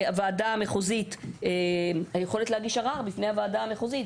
אז גם את היכולת להגיש ערר בפני הוועדה המחוזית,